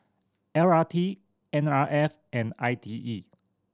L R T N R F and I T E